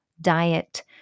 diet